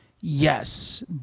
Yes